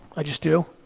i just do,